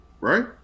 Right